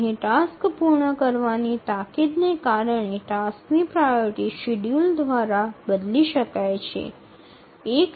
এখানে টাস্ক সমাপ্তির জরুরিতার কারণে কাজটির অগ্রাধিকারটি সময়সূচী দ্বারা পরিবর্তন করা যেতে পারে